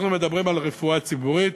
אנחנו מדברים על רפואה ציבורית,